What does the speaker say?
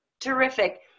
Terrific